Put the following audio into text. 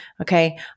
Okay